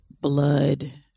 blood